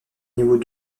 niveaux